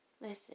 listen